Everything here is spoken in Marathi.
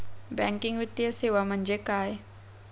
बँकिंग वित्तीय सेवा म्हणजे काय?